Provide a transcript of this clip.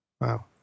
Wow